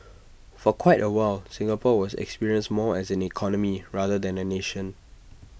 for quite A while Singapore was experienced more as an economy rather than A nation